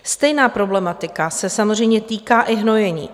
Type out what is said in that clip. Stejná problematika se samozřejmě týká i hnojení.